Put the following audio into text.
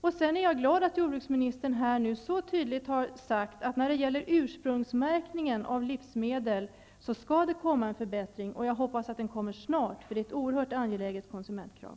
Jag är glad över att jordbruksministern nu så tydligt har sagt att det skall komma en förbättring av ursprungsmärkningen av livsmedel. Jag hoppas att den kommer snabbt, för det är ett oerhört angeläget konsumentkrav.